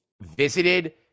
visited